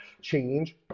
change